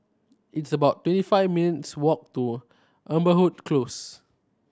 it's about twenty five minutes' walk to Amberwood Close